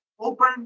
open